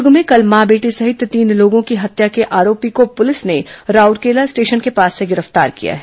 दुर्ग में कल मां बेटी सहित तीन लोगों की हत्या के आरोपी को पुलिस ने राउरकेला स्टेशन के पास से गिरफ्तार किया है